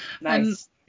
Nice